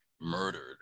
murdered